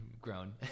grown